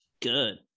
Good